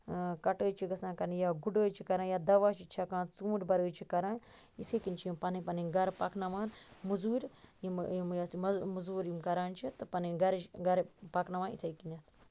کَٹٲے چھِ گَژھان کَرنہِ یا گُڑٲے چھِ کَران یا دَوا چھِ چھَکان یا ژوٗنٹۍ بَرٲے چھِ کَران یِتھے کنۍ چھِ یِم پَننۍ پَننۍ گَرٕ پَکناوان مٔزور یِم یتھ مٔزور یِم کَران چھِ تہٕ پَتہٕ پَننۍ گَرٕچۍ گَرٕ پَکناوان یِتھے کَنیٚتھ